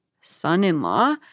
son-in-law